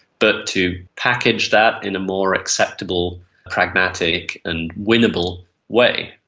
but to package that in a more acceptable, pragmatic and winnable way.